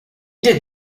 did